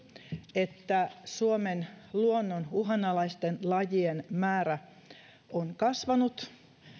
että suomen luonnon uhanalaisten lajien määrä on kasvanut